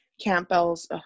Campbell's